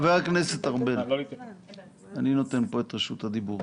חבר הכנסת ארבל, אני נותן כאן את רשות הדיבור.